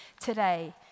today